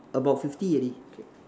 about fifty already okay